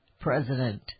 President